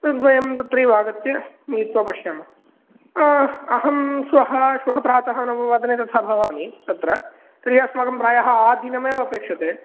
दिनद्वयं तत्रैव आगत्य मिलित्वा पश्यामः अहं श्वः श्वः प्रातः नववादने तथा भवामि तत्र तर्हि अस्माकं प्रायः आदिनमेव अपेक्ष्यते